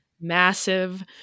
massive